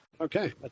Okay